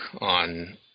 on